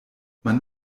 man